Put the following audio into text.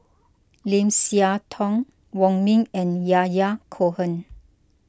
Lim Siah Tong Wong Ming and Yahya Cohen